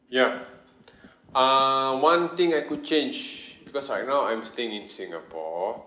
ya err one thing I could change because right now I'm staying in singapore